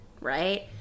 right